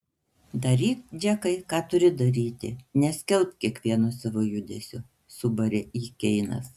daryk džekai ką turi daryti neskelbk kiekvieno savo judesio subarė jį keinas